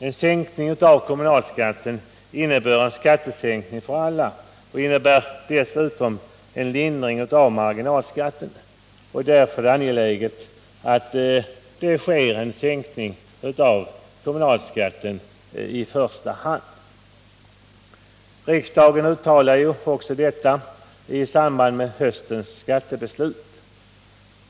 En sänkning av kommunalskatten innebär en skattesänkning för alla och innebär dessutom en lindring av marginalskatten. Därför är det angeläget att det sker en sänkning av kommunalskatten i första hand. Riksdagen uttalade ju sig också för detta i samband med höstens skattebeslut.